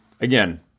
again